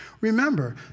remember